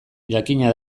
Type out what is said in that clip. jakina